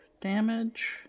damage